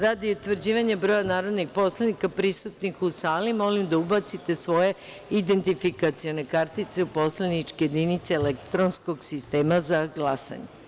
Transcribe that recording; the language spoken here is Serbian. Radi utvrđivanja broja narodnih poslanika prisutnih u sali, molim da ubacite svoje identifikacione kartice u poslaničke jedinice elektronskog sistema za glasanje.